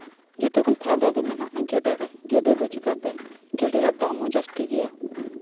ᱡᱚᱛᱚ ᱠᱷᱚᱱ ᱯᱷᱟᱭᱫᱟ ᱫᱚ ᱢᱮᱱᱟᱜᱼᱟ ᱜᱮᱰᱮ ᱨᱮ ᱜᱮᱰᱮ ᱫᱚ ᱪᱤᱠᱟᱹᱛᱮ ᱜᱮᱰᱮᱭᱟᱜ ᱫᱟᱢ ᱦᱚᱸ ᱡᱟᱹᱥᱛᱤ ᱜᱮᱭᱟ